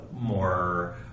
more